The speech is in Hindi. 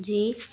जी